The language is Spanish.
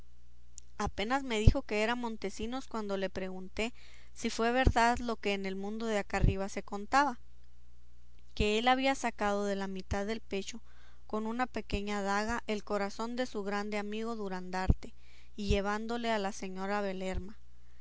apenas me dijo que era montesinos cuando le pregunté si fue verdad lo que en el mundo de acá arriba se contaba que él había sacado de la mitad del pecho con una pequeña daga el corazón de su grande amigo durandarte y llevádole a la señora belerma